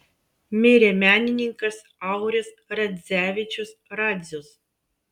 mirė menininkas auris radzevičius radzius